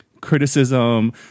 criticism